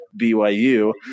BYU